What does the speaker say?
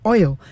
Oil